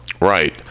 Right